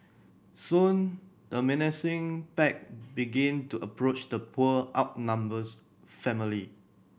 soon the menacing pack begin to approach the poor outnumbers family